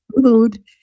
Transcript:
food